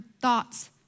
thoughts